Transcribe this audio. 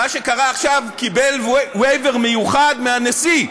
ומה שקרה עכשיו, הוא קיבל waiver מיוחד מהנשיא.